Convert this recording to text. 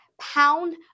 pound